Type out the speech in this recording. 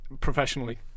professionally